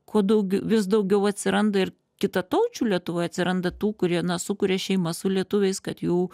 kuo daugiu vis daugiau atsiranda ir kitataučių lietuvoj atsiranda tų kurie na sukuria šeimas su lietuviais kad jų